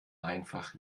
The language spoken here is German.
einfach